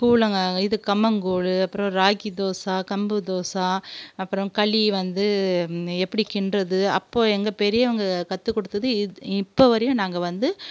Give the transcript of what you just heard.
கூழ் நாங்கள் இது கம்பங் கூழ் அப்புறம் ராகி தோசை கம்பு தோசை அப்புறம் களி வந்து எப்படி கிண்டுறது அப்போது எங்கள் பெரியவங்க கற்றுக்கொடுத்தது இப்போது வரையும் நாங்கள் வந்து